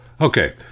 Okay